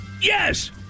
yes